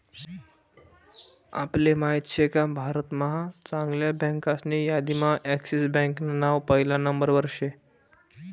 आपले माहित शेका भारत महा चांगल्या बँकासनी यादीम्हा एक्सिस बँकान नाव पहिला नंबरवर शे